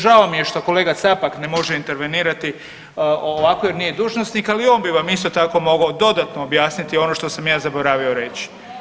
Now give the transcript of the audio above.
Žao mi je što kolega Capak ne može intervenirati ovako jer nije dužnosnik, ali i on bi vam isto tako mogao dodatno objasniti ono što sam ja zaboravio reći.